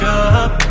up